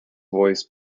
voiced